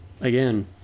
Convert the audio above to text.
again